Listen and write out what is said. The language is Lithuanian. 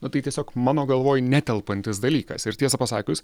nu tai tiesiog mano galvoj netelpantis dalykas ir tiesą pasakius